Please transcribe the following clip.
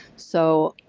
so,